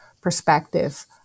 perspective